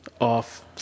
off